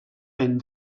ben